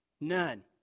None